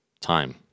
time